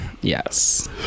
Yes